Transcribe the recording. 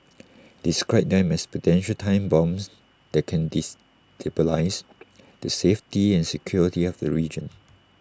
described them as potential time bombs that can destabilise the safety and security of the region